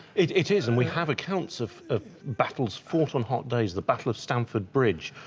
it it is and we have accounts of battles fought on hot days, the battle of stamford bridge,